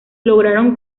logran